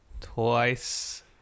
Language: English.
twice